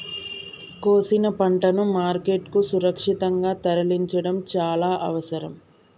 కోసిన పంటను మార్కెట్ కు సురక్షితంగా తరలించడం చాల అవసరం